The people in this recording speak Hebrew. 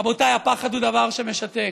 רבותיי, הפחד הוא דבר שמשתק.